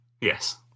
Yes